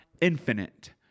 infinite